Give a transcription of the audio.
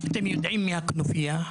אתם יודעים מי הכנופייה,